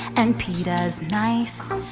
and peeta's nice.